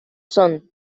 son